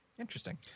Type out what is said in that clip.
Interesting